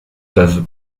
peuvent